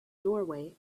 doorway